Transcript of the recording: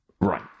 Right